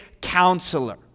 counselor